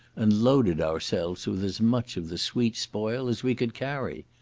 and loaded ourselves with as much of the sweet spoil as we could carry.